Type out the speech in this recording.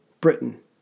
Britain